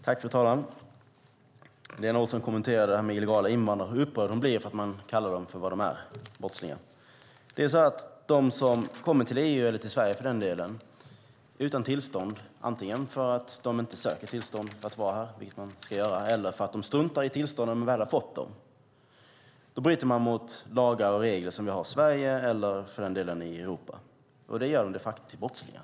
Fru talman! Lena Olsson kommenterade hur upprörd hon blev för att illegala invandrare kallas för vad de är, nämligen brottslingar. De som kommer till EU, eller till Sverige för den delen, utan tillstånd, antingen för att de inte söker tillstånd eller för att de struntar i tillstånden när de väl har fått dem, bryter mot lagar och regler som finns i Sverige eller, för den delen, i Europa. Det gör dem de facto till brottslingar.